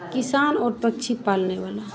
किसान और पक्षी पालने वाला